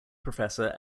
professor